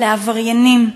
לעבריינים.